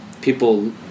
people